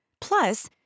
Plus